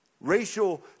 Racial